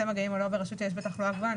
מגעים או לא ברשות שיש בה תחלואה גבוהה.